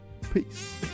Peace